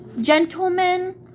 gentlemen